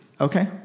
okay